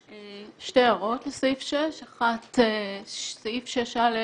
יש לי שתי הערות לסעיף 6. הראשונה לסעיף 6(א)